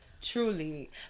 truly